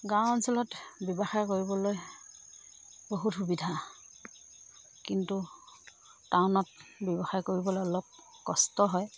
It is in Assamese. গাঁও অঞ্চলত ব্যৱসায় কৰিবলৈ বহুত সুবিধা কিন্তু টাউনত ব্যৱসায় কৰিবলৈ অলপ কষ্ট হয়